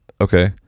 okay